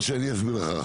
משה, אני אסביר לך אחר כך.